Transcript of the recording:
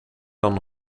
dan